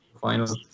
final